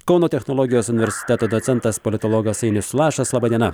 kauno technologijos universiteto docentas politologas ainius lašas laba diena